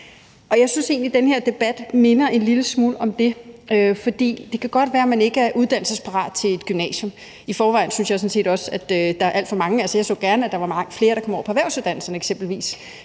Jeg synes egentlig, at den her debat minder en lille smule om det. For det kan godt være, at man ikke er uddannelsesparat til et gymnasium. I forvejen synes jeg sådan set også, at der er alt for mange, og jeg så gerne, at flere kommer over på eksempelvis